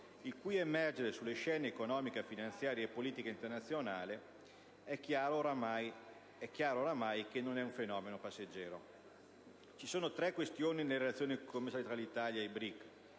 il cui emergere sulle scene economica, finanziaria e politica internazionali oramai è chiaramente un fenomeno che non è passeggero. Ci sono tre questioni nelle relazioni commerciali tra l'Italia e i BRIC.